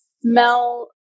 smell